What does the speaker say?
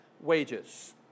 wages